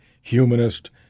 humanist